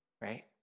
Right